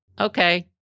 okay